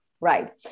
Right